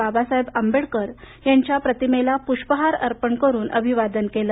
बाबासाहेब आंबेडकर यांच्या प्रतिमेला प्रष्पहार अर्पण करून अभिवादन केलं